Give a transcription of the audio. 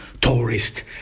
tourist